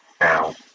Now